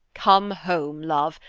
come home, love,